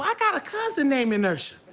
like ah a cousin named inertia.